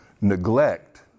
neglect